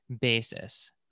basis